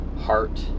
heart